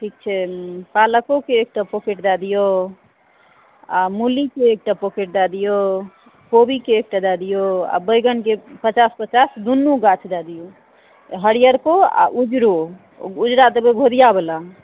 ठीक छै पलकोके एकटा पॉकेट दए दिऔ आ मुलीके एकटा पॉकेट दए दिऔ कोबीके एकटा दए दिऔ आ बैगनके पचास पचास दुनू गाछ दए दिऔ हरिहरको आ उजरो उजरा देबै घोदिआ वला